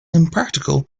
impractical